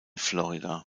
florida